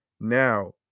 Now